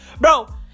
Bro